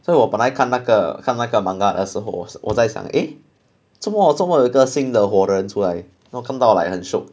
所以我本来看那个看那个 manga 的时候我是在想 eh 做么做么有个新的活人出来然后看到来很 shock